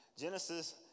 Genesis